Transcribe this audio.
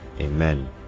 Amen